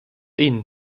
ihnen